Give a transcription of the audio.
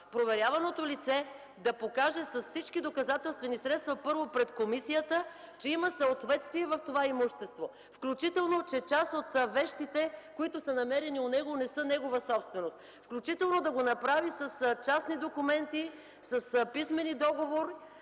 проверяваното лице да покаже с всички доказателствени средства първо пред комисията, че има съответствие в това имущество, включително че част от вещите, които са намерени у него, не са негова собственост, включително да го направи с частни документи, с писмени договори,